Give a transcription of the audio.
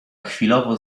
chwilowo